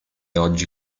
oggi